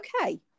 okay